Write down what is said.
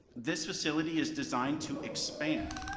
this facility is designed to expand.